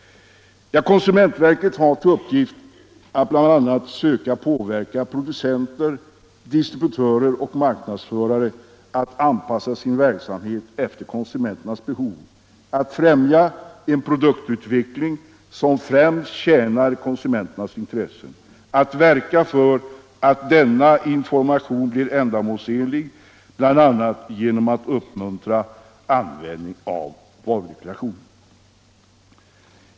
Konsumentverket har till uppgift att bl.a. försöka påverka producenter, distributörer och marknadsförare att anpassa sin verksamhet efter konsumenternas behov, att främja en produktutveckling som främst tjänar konsumenternas intressen och att verka för att informationen blir ändamålsenlig, bl.a. genom att uppmuntra användning av varudeklaration.